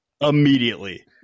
Immediately